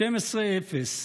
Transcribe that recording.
12 0,